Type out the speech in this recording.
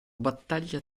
battaglia